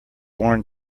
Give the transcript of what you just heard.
worn